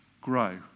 grow